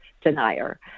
denier